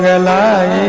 ah la